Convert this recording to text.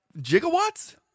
Gigawatts